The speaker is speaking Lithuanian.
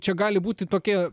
čia gali būti tokie